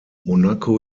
monaco